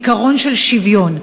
עיקרון של שוויון.